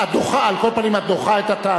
את דוחה, על כל פנים, את דוחה את הטענה?